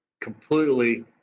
completely